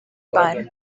power